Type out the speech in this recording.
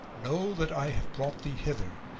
know that i have brought thee hither,